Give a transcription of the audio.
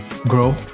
grow